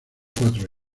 cuatro